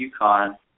UConn